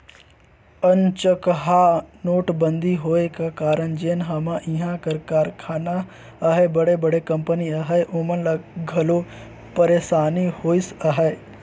अनचकहा नोटबंदी होए का कारन जेन हमा इहां कर कारखाना अहें बड़े बड़े कंपनी अहें ओमन ल घलो पइरसानी होइस अहे